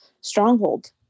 stronghold